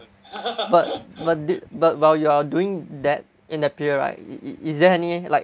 but but but while you're doing that in the field right is there any like